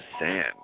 sand